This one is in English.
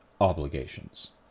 obligations